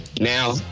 Now